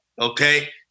Okay